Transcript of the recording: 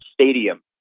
stadium